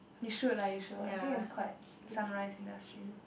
you should lah you should I think it's quite sunrise industry